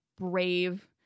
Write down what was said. brave